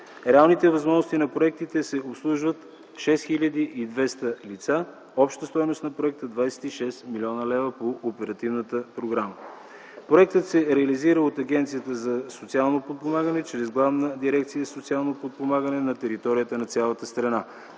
реалните възможности на проекта се обслужват 6 200 лица. Общата стойност на проекта е 26 млн. лв. по оперативната програма. Проектът се реализира от Агенцията за социално подпомагане чрез Главна дирекция „Социално подпомагане” на територията на цялата страна.